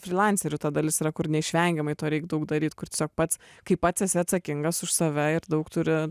frylanserių ta dalis yra kur neišvengiamai to reik daug daryt kur tiesiog pats kai pats esi atsakingas už save ir daug turi